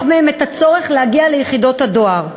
מהם את הצורך להגיע ליחידות הדואר,